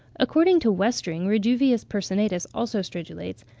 according to westring, reduvius personatus also stridulates.